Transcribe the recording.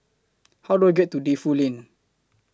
How Do I get to Defu Lane